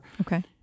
okay